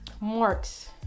marks